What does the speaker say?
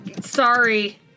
Sorry